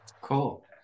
Cool